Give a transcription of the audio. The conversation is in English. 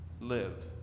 live